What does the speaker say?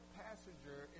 passenger